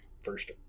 first